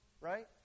Right